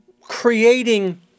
creating